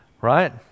right